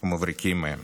ומבריקים מהם.